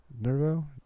Nervo